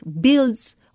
builds